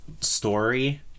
story